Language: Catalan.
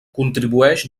contribueix